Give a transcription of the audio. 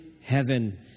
heaven